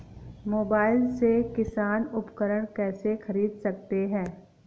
Mobile से किसान उपकरण कैसे ख़रीद सकते है?